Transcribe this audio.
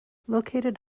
located